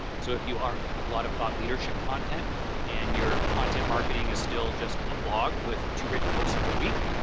so, if you are doing a lot of thought leadership content and your content marketing is still just a blog with two written posts per week,